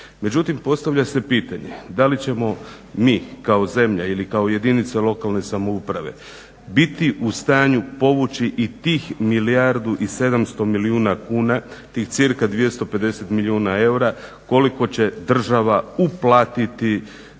Međutim postavlja se pitanje, da li ćemo mi kao zemlja ili kao jedinica lokalne samouprave biti u stanju povući i tih milijardu 700 milijuna kuna tih cca 250 milijuna eura koliko će država uplatiti vis